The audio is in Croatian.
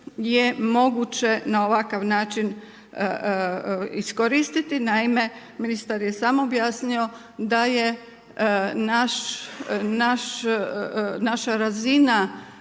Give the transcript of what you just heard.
je moguće na ovakav način iskoristiti. Naime, ministar je sam objasnio da je naša razina